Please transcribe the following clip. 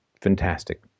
fantastic